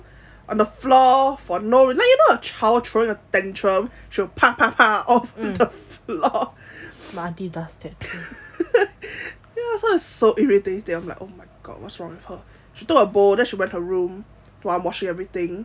on the floor for no like you know a child throwing a tantrum she will pang pang pang on the floor ya it's so irritating I'm like oh my god what's wrong with her she took her bowl then she went her room while I'm washing everything